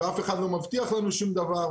ואף אחד לא מבטיח לנו שום דבר.